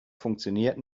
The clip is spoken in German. funktioniert